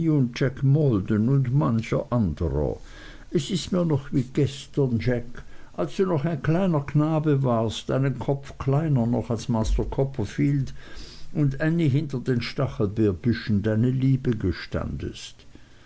jack maldon und mancher anderer es ist mir noch wie gestern jack als du noch ein kleiner knabe warst einen kopf kleiner noch als master copperfield und ännie hinter den stachelbeerbüschen deine liebe gestandest